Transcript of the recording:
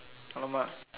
!alamak!